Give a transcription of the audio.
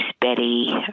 Betty